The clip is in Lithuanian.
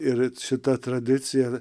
ir šita tradicija